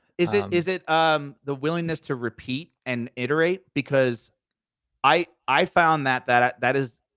is it is it the willingness to repeat and iterate? because i i found that that that is,